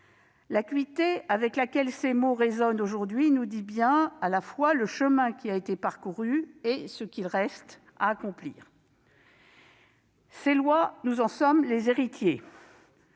L'acuité avec laquelle ces mots résonnent aujourd'hui nous dit bien à la fois le chemin qui a été parcouru et ce qu'il nous reste à accomplir. Ces lois, nous en sommes les héritiers.